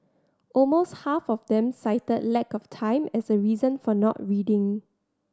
almost half of them cited lack of time as a reason for not reading